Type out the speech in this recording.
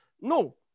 no